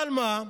אבל מה?